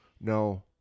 no